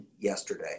yesterday